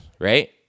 right